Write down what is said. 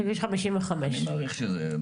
כביש 55. אני מעריך שזה,